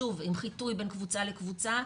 שוב, עם חיטוי בין קבוצה לקבוצה,